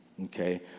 Okay